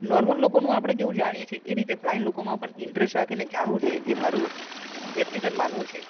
normal લોકોનું આપણે કેવું જાણીએ છીએ એ રીતે બ્લાઇન્ડ લોકોમાં પણ ઇન્ટરેસ્ટ રાખીને જાણવું જોઈએ એ મારું વ્યક્તિગત માનવું છે